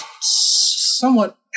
somewhat